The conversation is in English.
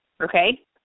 Okay